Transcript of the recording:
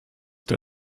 der